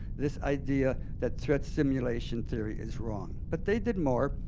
this idea that threat simulation theory is wrong. but they did more.